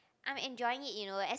I'm enjoying it you know as